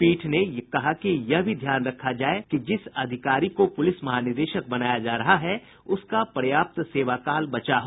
पीठ ने कहा कि यह भी ध्यान रखा जाए कि जिस अधिकारी को पुलिस महानिदेशक बनाया जा रहा है उसका पर्याप्त सेवाकाल बचा हो